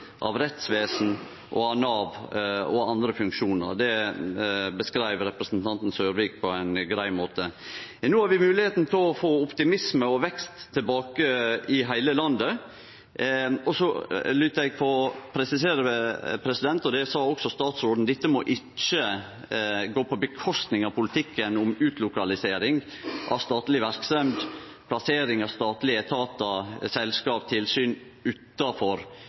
av rettsvesen, av Nav og av andre funksjonar. Det beskreiv representanten Sørvik på ein grei måte. No har vi moglegheita til å få optimisme og vekst tilbake i heile landet. Så lyt eg få presisere – og det sa også statsråden – at dette må ikkje gå på kostnad av politikken om utlokalisering av statleg verksemd, plassering av statlege etatar, selskap og tilsyn utanfor